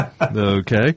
Okay